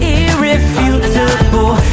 irrefutable